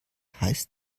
heißt